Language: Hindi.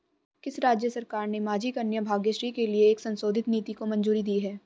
किस राज्य सरकार ने माझी कन्या भाग्यश्री के लिए एक संशोधित नीति को मंजूरी दी है?